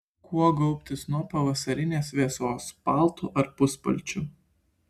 kuo gaubtis nuo pavasarinės vėsos paltu ar puspalčiu